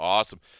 Awesome